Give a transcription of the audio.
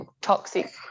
toxic